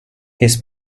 his